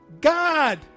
God